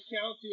county